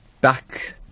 back